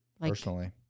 Personally